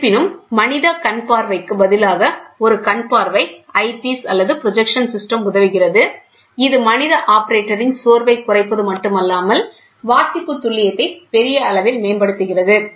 இருப்பினும் மனிதக் கண்பார்வைக்கு பதிலாக ஒரு கண் பார்வை ஐபிஸ் அல்லது புரப்ஜெக்சன் சிஸ்டம் உதவுகிறது இது மனித ஆபரேட்டரின் சோர்வைக் குறைப்பது மட்டுமல்லாமல் வாசிப்பு துல்லியத்தை பெரிய அளவில் மேம்படுத்துகிறது